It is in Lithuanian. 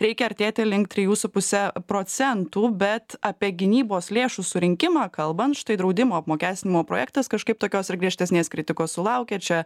reikia artėti link trijų su puse procentų bet apie gynybos lėšų surinkimą kalbant štai draudimo apmokestinimo projektas kažkaip tokios ir griežtesnės kritikos sulaukė ir čia